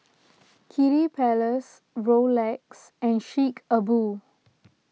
Kiddy Palace Rolex and Chic A Boo